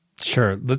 Sure